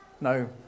No